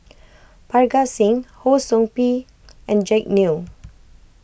Parga Singh Ho Sou Ping and Jack Neo